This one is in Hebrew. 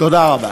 תודה רבה.